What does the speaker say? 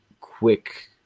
quick